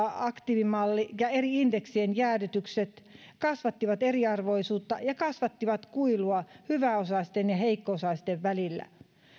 aktiivimalli eli keppiä työttömille ja eri indeksien jäädytykset kasvattivat eriarvoisuutta ja kasvattivat kuilua hyväosaisten ja heikko osaisten välillä